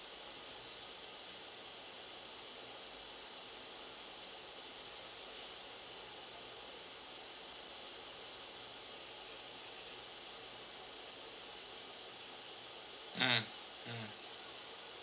mm mm